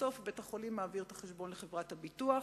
ובסוף בית-החולים מעביר את החשבון לחברת הביטוח.